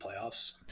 playoffs